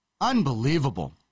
Unbelievable